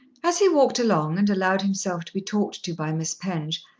as he walked along and allowed himself to be talked to by miss penge,